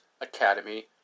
Academy